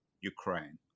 Ukraine